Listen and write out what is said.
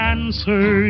answer